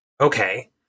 Okay